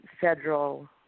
federal